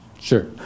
Sure